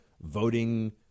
voting